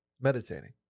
Meditating